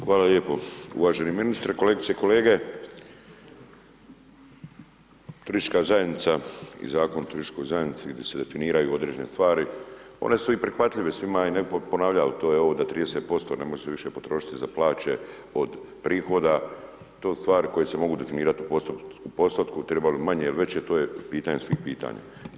Hvala lijepo, uvaženi ministre, kolegice i kolege turistička zajednica i Zakon o turističkoj zajednici gdi se definiraju određene stvari one su i prihvatljive svima i ne bi ponavljao to je ovo da 30% ne može više potrošiti za plaće od prihoda, to su stvari koje se mogu definirat u postotku, treba li manje veće, to je pitanje svih pitanja.